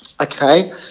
Okay